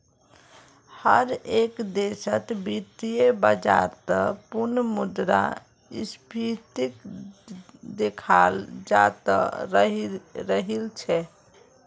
हर एक देशत वित्तीय बाजारत पुनः मुद्रा स्फीतीक देखाल जातअ राहिल छे